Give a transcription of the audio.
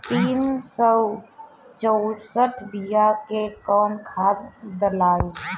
तीन सउ चउसठ बिया मे कौन खाद दलाई?